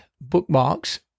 bookmarks